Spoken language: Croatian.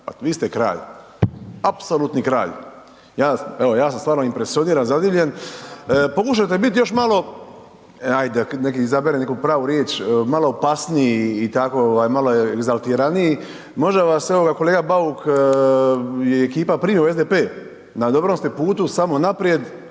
Pa vi ste kralj, apsolutni kralj. Ja sam stvarno impresioniran, zadivljen. Pokušajte biti još malo, ajde nek izaberem neku pravu riječ, malo opasniji i tako, malo egzaltiraniji, može se vas evo kolega Bauk i ekipa primit u SDP, na dobrom ste putu, samo naprijed,